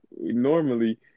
normally